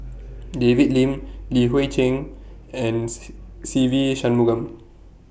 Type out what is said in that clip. David Lim Li Hui Cheng and Se Ve Shanmugam